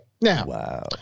Now